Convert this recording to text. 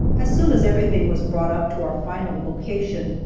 as soon as everything was brought up to our final location,